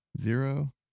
zero